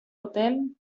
hotel